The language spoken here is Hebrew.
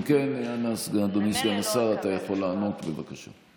אם כן, סגן השר, אתה יכול לענות, בבקשה.